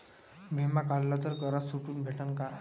बिमा काढला तर करात सूट भेटन काय?